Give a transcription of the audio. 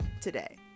today